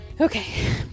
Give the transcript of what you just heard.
Okay